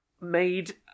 made